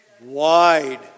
Wide